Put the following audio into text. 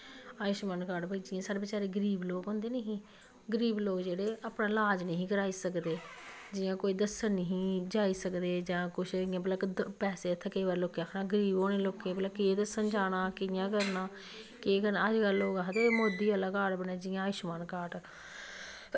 Ayushman card भाई जियां साढ़ै गरीब लोग होंदे नी गरीब लोग जेह्ड़े अपना इलाज़ नी हे कराई सकदे हे जियां कोई दस्सन नी हे जाई सकदे जां कुछ इयां भला पैसे इत्थें भला लोकें आखना गरीब होने लोकें भला केह् दस्सन जाना कियां जाना केह् करना अज कल लोग आखदे मोदी आह्ला कार्ड़ आयुष्मान कार्ड़